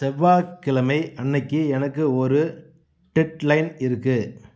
செவ்வாய்க்கிழமை அன்னைக்கு எனக்கு ஒரு டெட் லைன் இருக்குது